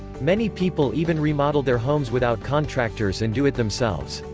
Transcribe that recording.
many people even remodel their homes without contractors and do it themselves.